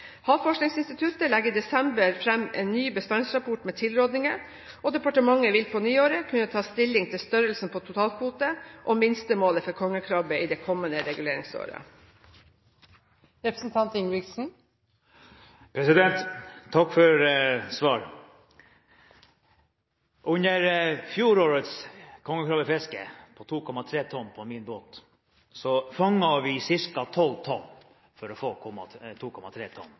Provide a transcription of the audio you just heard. Havforskningsinstituttet legger i desember fram en ny bestandsrapport med tilrådninger, og departementet vil på nyåret kunne ta stilling til størrelsen på totalkvote og minstemålet for kongekrabbe i det kommende reguleringsåret. Takk for svaret. Under fjorårets kongekrabbefiske fanget vi på min båt ca. 12 tonn for å få 2,3 tonn.